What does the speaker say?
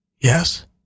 Yes